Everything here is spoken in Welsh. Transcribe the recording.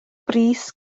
bris